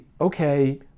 okay